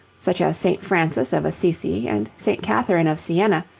such as st. francis of assisi and st. catharine of siena,